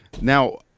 Now